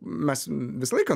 mes visą laiką